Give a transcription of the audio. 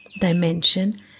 dimension